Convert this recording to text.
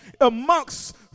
amongst